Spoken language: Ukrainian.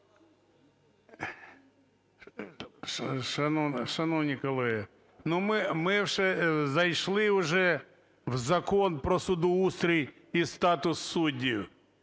Шановні колеги, ми зайшли вже в Закон "Про судоустрій і статус суддів".